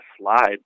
slide